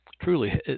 Truly